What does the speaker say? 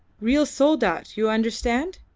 real soldat, you understand.